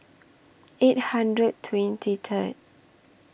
eight hundred twenty Third